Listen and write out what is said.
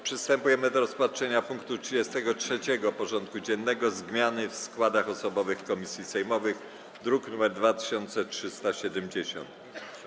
Przystępujemy do rozpatrzenia punktu 33. porządku dziennego: Zmiany w składach osobowych komisji sejmowych (druk nr 2370)